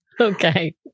Okay